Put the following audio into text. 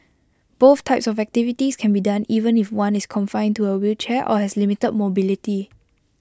both types of activities can be done even if one is confined to A wheelchair or has limited mobility